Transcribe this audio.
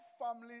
family